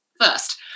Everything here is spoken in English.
first